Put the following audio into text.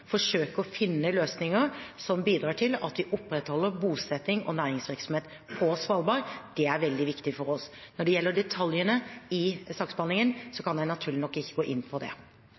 forsøke å finne løsninger som bidrar til at vi opprettholder bosetting og næringsvirksomhet på Svalbard. Det er veldig viktig for oss. Når det gjelder detaljene i saksbehandlingen, kan jeg naturligvis ikke gå inn på det.